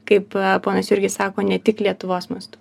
kaip ponas jurgis sako ne tik lietuvos mastu